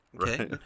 Okay